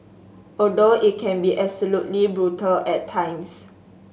although it can be absolutely brutal at times